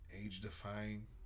age-defying